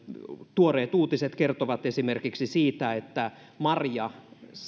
tuoreet uutiset kertovat esimerkiksi siitä että marjan